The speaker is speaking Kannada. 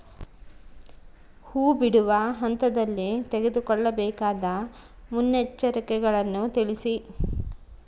ಹೂ ಬಿಡುವ ಹಂತದಲ್ಲಿ ತೆಗೆದುಕೊಳ್ಳಬೇಕಾದ ಮುನ್ನೆಚ್ಚರಿಕೆಗಳನ್ನು ತಿಳಿಸಿ?